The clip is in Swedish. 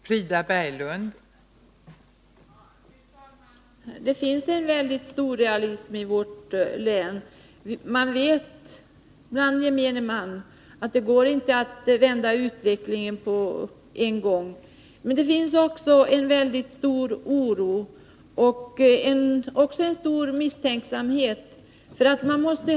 Fru talman! Det finns en mycket stor realism i vårt län. Gemene man vet att det inte går att vända utvecklingen på en gång. Men det finns också en mycket stor oro och en stor misstänksamhet.